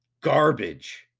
garbage